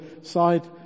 side